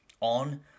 on